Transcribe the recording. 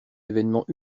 évènement